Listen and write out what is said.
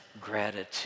gratitude